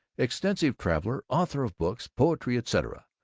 extensive traveler, author of books, poetry, etc,